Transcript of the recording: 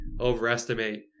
overestimate